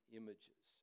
images